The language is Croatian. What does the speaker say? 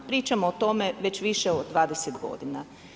Pričamo o tome već više od 20 godina.